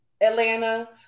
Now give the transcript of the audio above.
Atlanta